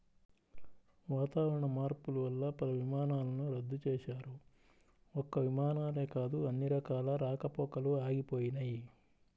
వాతావరణ మార్పులు వల్ల పలు విమానాలను రద్దు చేశారు, ఒక్క విమానాలే కాదు అన్ని రకాల రాకపోకలూ ఆగిపోయినయ్